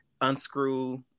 unscrew